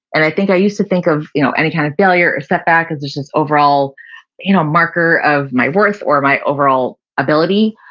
and i think i used to think of you know any kind of failure or setback as as overall you know marker of my worth or my overall ability,